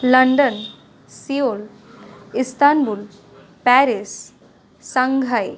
London Seoul Istanbul Paris Shanghai